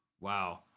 Wow